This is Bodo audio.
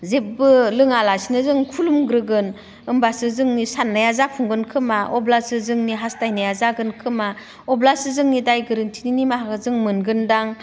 जेबो लोङालासिनो जों खुलुमग्रोगोन होमब्लासो जोंनि साननाया जाफुंगोन खोमा अब्लासो जोंनि हास्थायनाया जागोन खोमा अब्लासो जोंनि दाय गोरोन्थिनि निमाहाखो जों मोनगोनदां